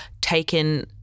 taken